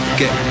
get